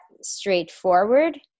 straightforward